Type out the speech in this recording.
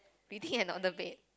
reading and on the bed